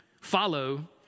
Follow